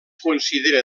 considera